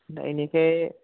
दा इनिखायनो